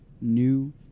new